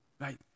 right